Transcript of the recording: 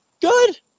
Good